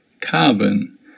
carbon